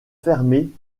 fermée